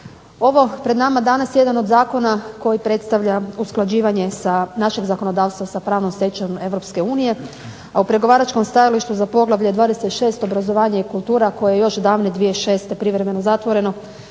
Ovo pred nama danas je jedan od zakona koji predstavlja usklađivanje našeg zakonodavstva sa pravnom stečevinom EU, a u pregovaračkom stajalištu za poglavlje 26 - Obrazovanje i kultura koje je još davne 2006. privremeno zatvoreno